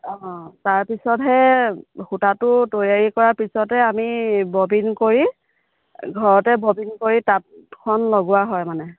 অঁ তাৰপিছতহে সূতাটো তৈয়াৰী কৰাৰ পিছতে আমি ববিন কৰি ঘৰতে ববিন কৰি তাঁতখন লগোৱা হয় মানে